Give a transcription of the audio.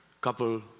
couple